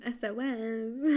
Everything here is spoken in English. SOS